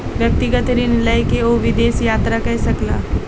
व्यक्तिगत ऋण लय के ओ विदेश यात्रा कय सकला